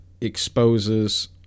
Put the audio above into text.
exposes